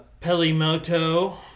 Pelimoto